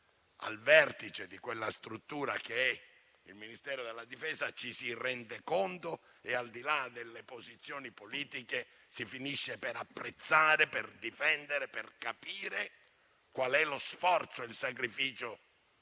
al vertice di quella struttura che è il Ministero della difesa ci si rende conto e, al di là delle posizioni politiche, si finisce per apprezzare, difendere e capire lo sforzo e il sacrificio